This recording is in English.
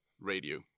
radio